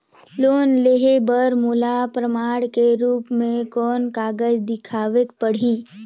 Loan लेहे बर मोला प्रमाण के रूप में कोन कागज दिखावेक पड़ही?